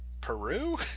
peru